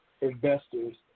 investors